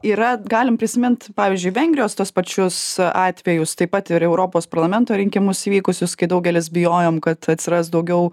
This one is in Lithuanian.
yra galim prisimint pavyzdžiui vengrijos tuos pačius atvejus taip pat ir europos parlamento rinkimus vykusius kai daugelis bijojom kad atsiras daugiau